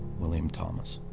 william thomas.